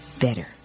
better